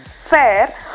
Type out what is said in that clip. fair